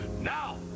now